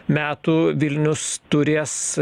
metų vilnius turės